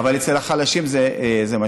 אבל אצל החלשים זה משמעותי.